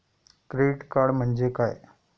Credit card म्हणजे काय?